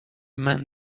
man